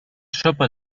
sopa